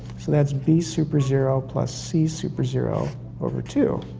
so that's b super zero plus c super zero over two.